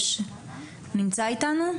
הוא נמצא איתנו?